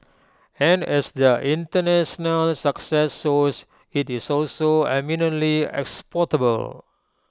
and as their International success shows IT is also eminently exportable